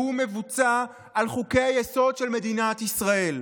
והוא מבוצע על חוקי-היסוד של מדינת ישראל.